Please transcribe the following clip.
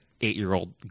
eight-year-old